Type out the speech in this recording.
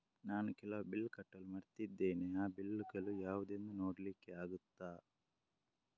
ನಾನು ಕೆಲವು ಬಿಲ್ ಕಟ್ಟಲು ಮರ್ತಿದ್ದೇನೆ, ಆ ಬಿಲ್ಲುಗಳು ಯಾವುದೆಂದು ನೋಡ್ಲಿಕ್ಕೆ ಆಗುತ್ತಾ?